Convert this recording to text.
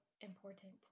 important